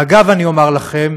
ואגב, אני אומר לכם,